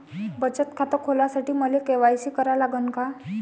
बचत खात खोलासाठी मले के.वाय.सी करा लागन का?